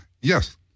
Yes